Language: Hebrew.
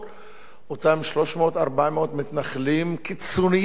אותם 300 400 מתנחלים קיצוניים ביותר,